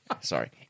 sorry